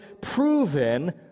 proven